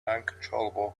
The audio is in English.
uncontrollable